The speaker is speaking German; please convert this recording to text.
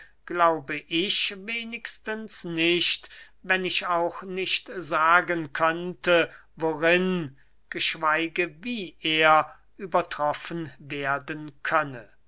glaube ich wenigstens nicht wenn ich auch nicht sagen könnte worin geschweige wie er übertroffen werden könne